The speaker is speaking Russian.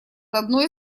одной